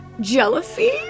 jealousy